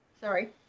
sorry